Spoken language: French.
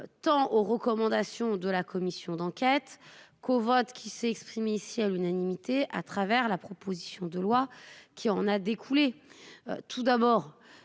Tant aux recommandations de la commission d'enquête qu'au vote qui s'est exprimé ici à l'unanimité à travers la proposition de loi qui en a découlé. Tout d'abord